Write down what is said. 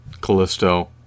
Callisto